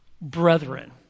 brethren